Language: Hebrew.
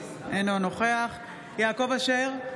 אינו נוכח יעקב אשר,